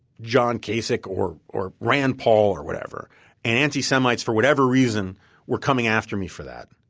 john kasich or or rand paul or whatever and anti-semites for whatever reason were coming after me for that.